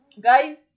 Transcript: guys